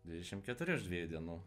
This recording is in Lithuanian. dvidešim keturi už dviejų dienų